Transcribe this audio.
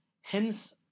Hence